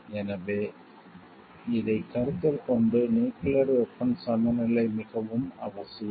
எனவே இதைக் கருத்தில் கொண்டு நியூக்கிளியர் வெபன்ஸ் சமநிலை மிகவும் அவசியம்